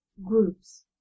groups